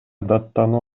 даттануу